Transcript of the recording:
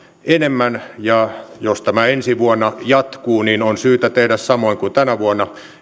enemmän ja jos tämä ensi vuonna jatkuu niin on syytä tehdä samoin kuin tänä vuonna